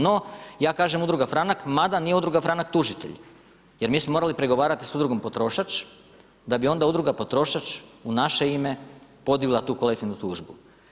No, ja kažem, Udruga Franak, mada nije Udruga Franak tužitelj, jer mi smo morali pregovarati s udrugom Potrošač, da bi onda u druga Potrošač u naše ime podigla tu kolektivnu tužbu.